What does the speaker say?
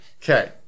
Okay